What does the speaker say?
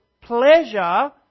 pleasure